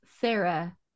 Sarah